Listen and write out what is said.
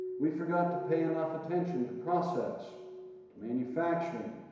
we forgot to pay enough attention to process, to manufacturing,